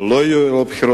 או לא יהיו לו בחירות.